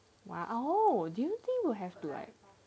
!wow! oh do you think will have to like